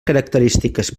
característiques